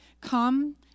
Come